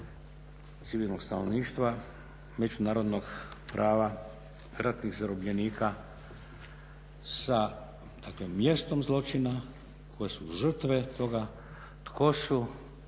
civilnog stanovništva, međunarodnog prava, ratni zarobljenika sa dakle mjestom zločina, koje su žrtve toga, tko su